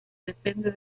depende